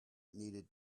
needed